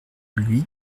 lui